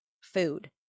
food